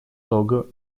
того